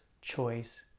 choice